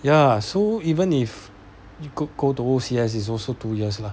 ya so even if you got go to O_C_S is also two years lah